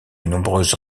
nombreuses